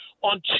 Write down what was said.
on